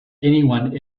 anyone